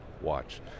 watch